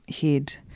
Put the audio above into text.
head